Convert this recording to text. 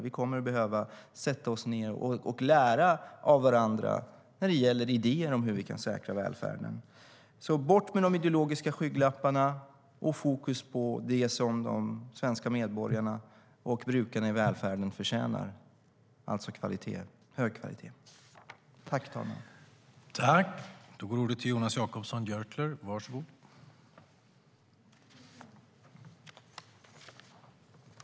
Vi kommer att behöva sätta oss ned och lära av varandra när det gäller idéer om hur vi kan säkra välfärden. Bort med de ideologiska skygglapparna! Fokus ska vara på det som de svenska medborgarna och brukarna i välfärden förtjänar, alltså kvalitet, hög kvalitet.